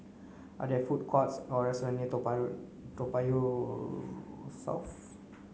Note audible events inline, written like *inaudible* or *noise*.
are there food courts or restaurant near Toa *unintelligible* Toa Payoh South